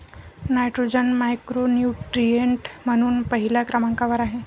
nitrogen macronutrient म्हणून पहिल्या क्रमांकावर आहे